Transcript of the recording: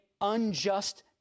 unjust